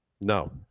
No